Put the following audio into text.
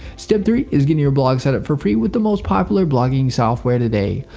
step three is getting your blog set up for free with the most popular blogging software today.